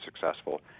successful